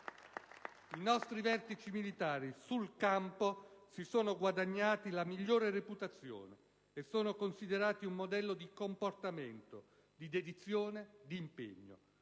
I nostri vertici militari sul campo si sono guadagnati la migliore reputazione e sono considerati un modello di comportamento, di dedizione e di impegno.